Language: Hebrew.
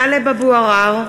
טלב אבו עראר,